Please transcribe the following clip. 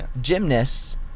gymnasts